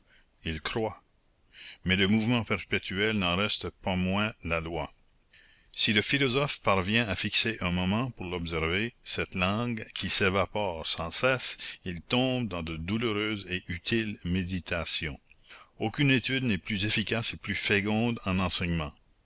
il croit mais le mouvement perpétuel n'en reste pas moins la loi si le philosophe parvient à fixer un moment pour l'observer cette langue qui s'évapore sans cesse il tombe dans de douloureuses et utiles méditations aucune étude n'est plus efficace et plus féconde en enseignements